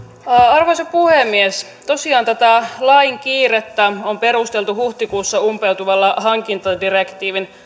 arvoisa puhemies tosiaan tätä lain kiirettä on perusteltu huhtikuussa umpeutuvalla hankintadirektiivin